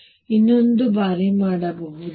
ಈಗ ನಾನು ಇನ್ನೊಂದು ಬಾರಿ ಮಾಡಬಹುದು